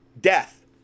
death